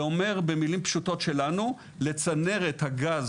זה אומר במילים פשוטות שלנו: לצנרת הגז